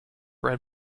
red